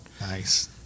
Nice